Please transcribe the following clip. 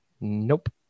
Nope